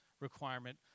requirement